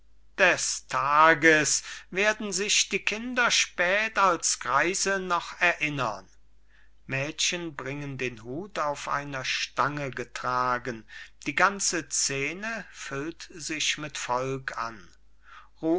des tages werden sich die kinder spät als greise noch erinnern mädchen bringen den hut auf der stange getragen die ganze szene füllt sich mit volk an